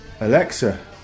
alexa